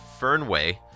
Fernway